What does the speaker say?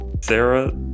Sarah